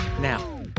now